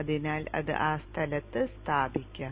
അതിനാൽ അത് ആ സ്ഥലത്ത് സ്ഥാപിക്കാം